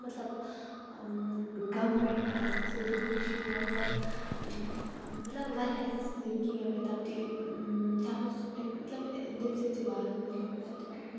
مطلب غم پٮ۪ٹھ آیَس بہٕ سیوٚدُے خُوشی منٛز مطلب واریاہ زندگی گٔے مےٚ تبدیٖل تَتھ منٛز اوس مےٚ مطلب تٔمۍ سٕنٛدۍ سٕے بارَس منٛز لیٚوکھمُت